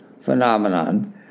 phenomenon